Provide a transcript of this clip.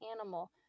animal